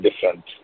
different